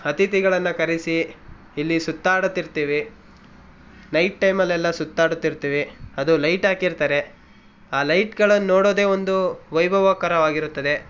ಅತಿಥಿಗಳನ್ನ ಕರೆಸಿ ಇಲ್ಲಿ ಸುತ್ತಾಡುತ್ತಿರ್ತೀವಿ ನೈಟ್ ಟೈಮಲೆಲ್ಲ ಸುತ್ತಾಡುತ್ತಿರ್ತೀವಿ ಅದು ಲೈಟ್ ಹಾಕಿರ್ತಾರೆ ಆ ಲೈಟ್ಗಳನ್ನು ನೋಡೋದೆ ಒಂದು ವೈಭವಕರವಾಗಿರುತ್ತದೆ